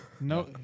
No